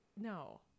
no